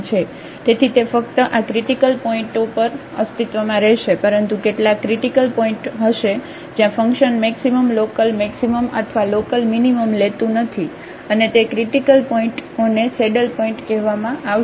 તેથી તે ફક્ત આ ક્રિટીકલ પોઇન્ટઓ પર અસ્તિત્વમાં રહેશે પરંતુ કેટલાક ક્રિટીકલ પોઇન્ટઓ હશે જ્યાં ફંકશન મેક્સિમમ લોકલમેક્સિમમ અથવા લોકલમીનીમમ લેતું નથી અને તે ક્રિટીકલ પોઇન્ટઓને સેડલ પોઇન્ટ કહેવામાં આવશે